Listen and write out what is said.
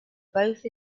both